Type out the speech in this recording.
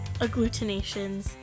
agglutinations